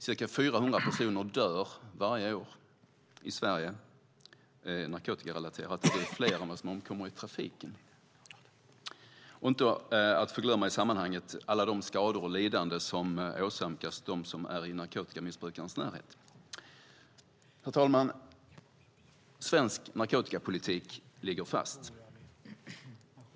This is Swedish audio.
Ca 400 personer dör narkotikarelaterat varje år i Sverige, och det är fler än som omkommer i trafiken. Inte att förglömma i sammanhanget är alla de skador och det lidande som åsamkas dem som är i narkotikamissbrukarens närhet. Herr talman! Svensk narkotikapolitik ligger fast.